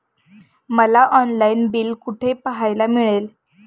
मला online bill कुठे पाहायला मिळेल?